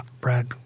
Brad